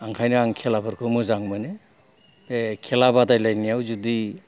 ओंखायनो आं खेलाफोरखौ मोजां मोनो खेला बादायलायनायाव जुदि